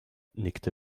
nickte